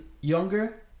younger